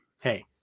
hey